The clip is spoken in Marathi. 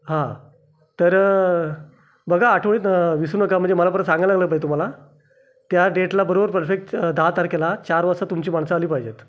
हा तर बघा आठवणीत विसरू नका म्हणजे मला परत सांगायला पाहिजे तुम्हाला त्या डेटला बरोबर परफेक्ट दहा तारखेला चार वाजता तुमची माणसं आली पाहिजेत